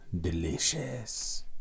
delicious